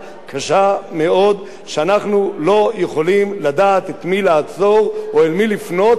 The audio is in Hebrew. אנחנו לא יכולים לדעת את מי לעצור או אל מי לפנות כתוצאה מהעובדה שאנחנו